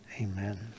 Amen